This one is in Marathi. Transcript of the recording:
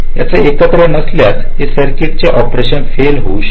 याची एकत्र नसल्यास या सर्किट चे हे ऑपरेशन फेल होऊ शकते